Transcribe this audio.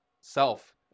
self